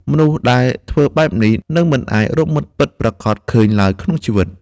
មនុស្សដែលធ្វើបែបនេះ នឹងមិនអាចរកមិត្តពិតប្រាកដឃើញឡើយក្នុងជីវិត។